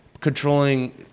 controlling